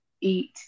eat